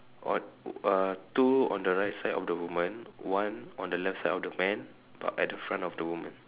odd uh two on the right side of the woman one on the left side of the man but at the front of the woman